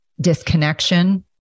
disconnection